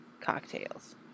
cocktails